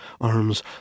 arms